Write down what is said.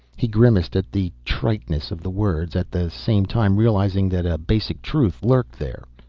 he grimaced at the triteness of the words, at the same time realizing that a basic truth lurked there.